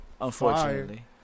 Unfortunately